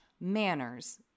manners